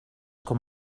com